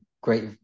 great